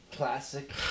Classic